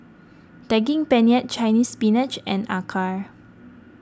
Daging Penyet Chinese Spinach and Acar